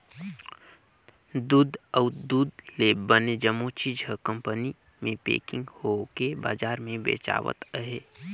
दूद अउ दूद ले बने जम्मो चीज हर कंपनी मे पेकिग होवके बजार मे बेचावत अहे